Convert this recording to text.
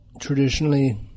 Traditionally